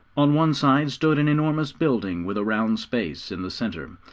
on one side stood an enormous building, with a round space in the centre,